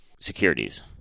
securities